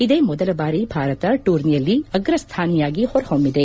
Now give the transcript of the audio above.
ಇದೇ ಮೊದಲ ಬಾರಿ ಭಾರತ ಟೂರ್ನಿಯಲ್ಲಿ ಅಗ್ರಸ್ಥಾನಿಯಾಗಿ ಹೊರಹೊಮ್ಮಿದೆ